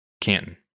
Canton